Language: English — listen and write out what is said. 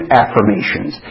affirmations